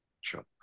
Sure